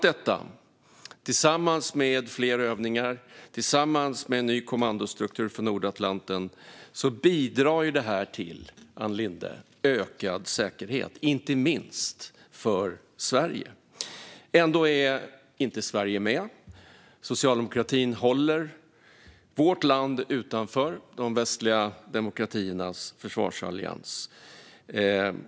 Detta tillsammans med fler övningar och en ny kommandostruktur för Nordatlanten bidrar till ökad säkerhet, inte minst för Sverige. Ändå är Sverige inte med i Nato. Socialdemokratin håller vårt land utanför de västliga demokratiernas försvarsallians.